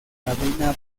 cabina